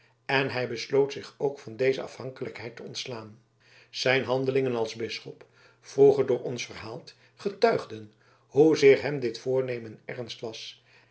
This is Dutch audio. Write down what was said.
en hij besloot zich ook van deze afhankelijkheid te ontslaan zijn handelingen als bisschop vroeger door ons verhaald getuigden hoezeer hem dit voornemen ernst was